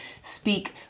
speak